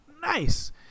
nice